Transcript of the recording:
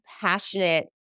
passionate